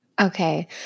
Okay